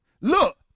look